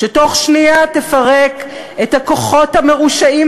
שתוך שנייה תפרק את הכוחות המרושעים